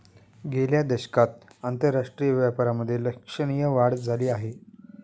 गेल्या दशकात आंतरराष्ट्रीय व्यापारामधे लक्षणीय वाढ झाली आहे